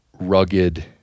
rugged